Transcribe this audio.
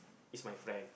is my friend